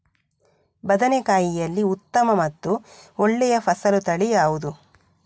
ಬದನೆಕಾಯಿಯಲ್ಲಿ ಉತ್ತಮ ಮತ್ತು ಒಳ್ಳೆಯ ಫಸಲು ತಳಿ ಯಾವ್ದು?